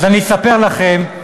אז אני אספר לכם,